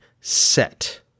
set